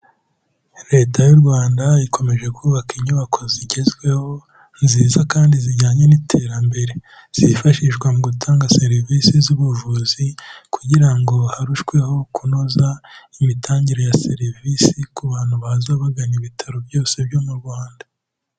Leta y'u Rwanda, ikomeje kubaka inyubako zigezweho, nziza kandi zijyanye n'iterambere, zifashishwa mu gutanga serivisi z'ubuvuzi kugira ngo harushweho kunoza imitangire ya serivisi ku bantu baza bagana ibitaro byose byo mu Rwanda.